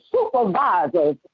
supervisors